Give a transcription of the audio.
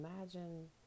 imagine